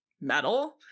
metal